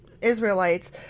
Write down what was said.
Israelites